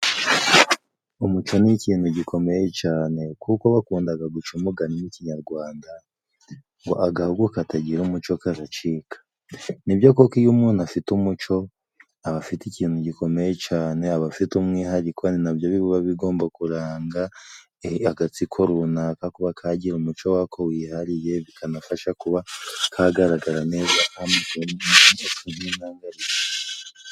Umuco ni ikintu gikomeye cyane, kuko bakunda guca umugani mu kinyarwanda ngo "agahugu katagira umuco karacika." Ni byo koko iyo umuntu afite umuco aba afite ikintu gikomeye cyane, aba afite umwihariko, ni na byo biba bigomba kuranga agatsiko runaka kuba kagira umuco wako wihariye, bikanafasha kuba kagaragara neza.....